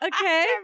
okay